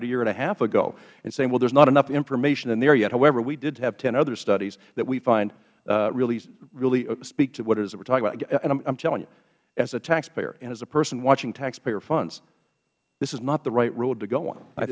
a year and a half ago in saying well there's not enough information in there yet however we did have ten other studies that we find really don't speak to what it is that we are talking about and i am telling you as a taxpayer and as a person watching taxpayer funds this is not the right road to go on